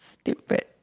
Stupid